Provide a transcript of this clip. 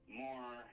more